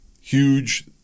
Huge